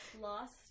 lost